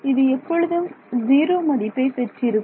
இது எப்பொழுதும் ஜீரோ மதிப்பை பெற்றிருக்கும்